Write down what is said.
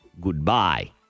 goodbye